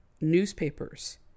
newspapers